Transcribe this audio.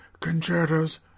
concertos